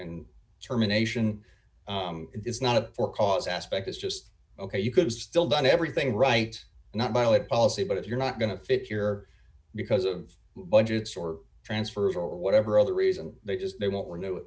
and terminations is not a four cause aspect is just ok you could still done everything right not violate policy but if you're not going to fit here because of budgets or transferred or whatever other reason they just they won't renew